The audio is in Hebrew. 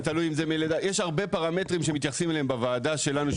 אם זה מלידה; ישנם פרמטרים רבים שמתייחסים אליהם בוועדה שלנו,